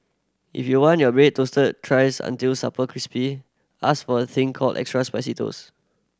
if you want your bread toasted thrice until super crispy ask for a thing called extra crispy toast